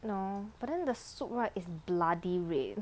no but then the soup right is bloody red